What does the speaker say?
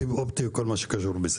סיב אופטי וכל מה שקשור לזה.